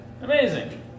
Amazing